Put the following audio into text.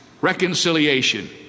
reconciliation